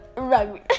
Rugby